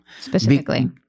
specifically